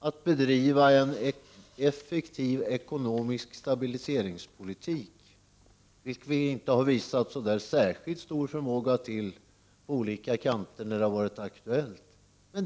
att bedriva en effektiv ekonomisk stabiliseringspolitik, vilket vi inte på alla kanter har visat så särskilt stor förmåga till när det har varit aktuellt.